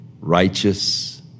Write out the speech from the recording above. righteous